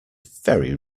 very